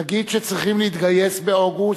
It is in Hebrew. נגיד שצריכים להתגייס באוגוסט.